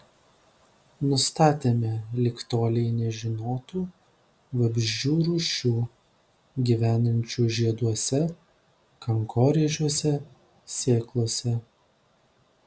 nustatėme lig tolei nežinotų vabzdžių rūšių gyvenančių žieduose kankorėžiuose sėklose